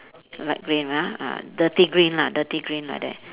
light green ah ah dirty green lah dirty green like that